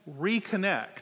reconnect